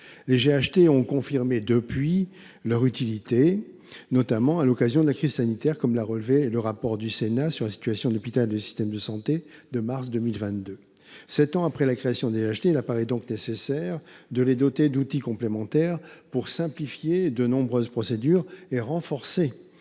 ont confirmé depuis toute leur utilité, notamment à l’occasion de la crise sanitaire, comme l’a relevé le rapport du Sénat sur la situation de l’hôpital et le système de santé en France du mois de mars 2022. Sept ans après leur création, il apparaît nécessaire de les doter d’outils complémentaires pour simplifier de nombreuses procédures et renforcer